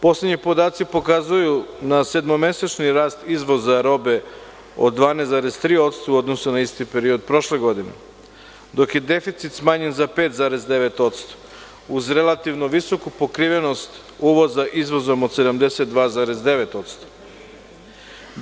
Poslednji podaci pokazuju na sedmomesečni rast izvoza robe od 12,3% u odnosu na isti period prošle godine, dok je deficit smanjen za 5,9%, uz relativno visoku pokrivenost uvoza izvozom od 72,9%